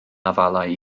afalau